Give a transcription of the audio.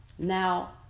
Now